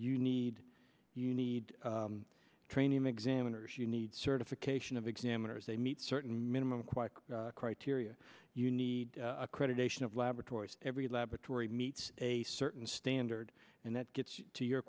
you need you need training make zander's you need certification of examiners they meet certain minimum quite criteria you need accreditation of laboratories every laboratory meets a certain standard and that gets to your